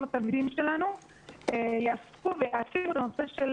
לדעת להתמודד עם שיח קונספטואלי בתוך